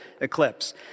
eclipse